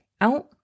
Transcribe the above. out